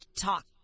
talk